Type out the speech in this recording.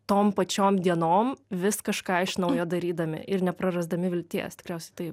tom pačiom dienom vis kažką iš naujo darydami ir neprarasdami vilties tikriausiai taip